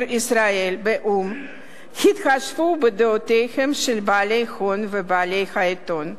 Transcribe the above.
ישראל באו"ם התחשבו בדעותיהם של בעלי הון ובעלי העיתון.